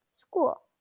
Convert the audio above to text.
school